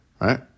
right